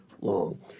long